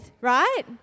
Right